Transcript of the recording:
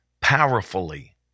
powerfully